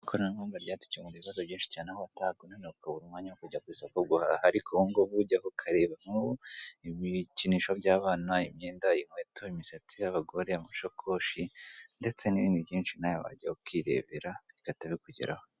Ikoranabuhanga ryadukemuye ibibazo byinshi cyane aho witaga ku bana ukabura umwanya wo kujya ku isoko guhaha, ariko ubu ngubu ujyaho ukareba inkuru, ibikinisho by'abana imyenda inkweto imisatsi y'abagore amashakoshi ndetse n'ibindi byinshi nawe wajyaho ukirebera bigata bikugeraho.